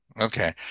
Okay